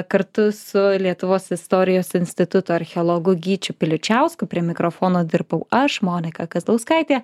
kartu su lietuvos istorijos instituto archeologu gyčiu piličiausku prie mikrofono dirbau aš monika kazlauskaitė